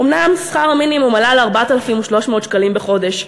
אומנם שכר המינימום עלה ל-4,300 שקלים בחודש,